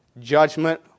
judgment